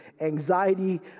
anxiety